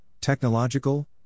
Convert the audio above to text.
Technological